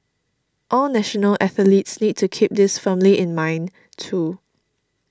all national athletes need to keep this firmly in mind too